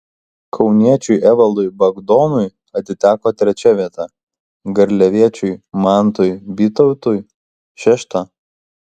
kauniečiui evaldui bagdonui atiteko trečia vieta garliaviečiui mantui bytautui šešta